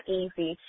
easy